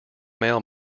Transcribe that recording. mail